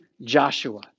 Joshua